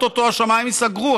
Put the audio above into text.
או-טו-טו השמיים ייסגרו,